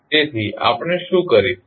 તેથી આપણે શું કરીશું